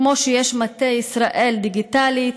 כמו שיש מטה ישראל דיגיטלית,